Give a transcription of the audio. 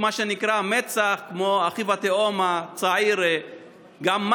מה שנקרא מצ"ח הוא כמו אחיו התאום הצעיר מח"ש,